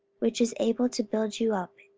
which is able to build you up,